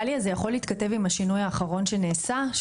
גליה זה יכול להתכתב עם השינוי האחרון שנעשה,